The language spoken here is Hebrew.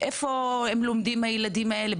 איפה לומדים הילדים האלה,